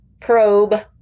probe